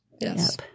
Yes